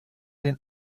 den